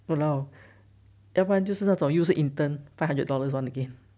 !walao! 要不然就是那种又是 intern five hundred dollars one again